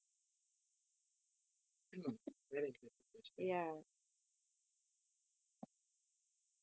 mm very interesting questions